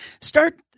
start